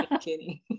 kidding